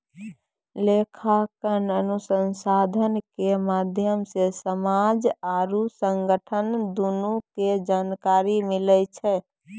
लेखांकन अनुसन्धान के माध्यम से समाज आरु संगठन दुनू के जानकारी मिलै छै